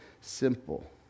simple